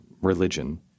religion